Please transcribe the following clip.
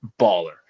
baller